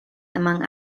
among